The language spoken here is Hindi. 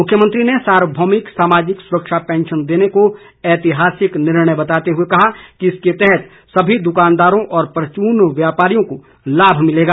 मुख्यमंत्री ने सार्वभौमिक सामाजिक सुरक्षा पैंशन देने को ऐतिहासिक निर्णय बताते हुए कहा कि इसके तहत सभी दुकानदारों और परचून व्यापारियों को लाभ मिलेगा